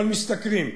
אבל משתכרים.